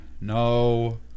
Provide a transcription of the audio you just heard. No